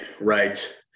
right